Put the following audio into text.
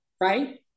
right